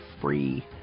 free